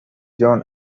john